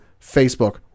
Facebook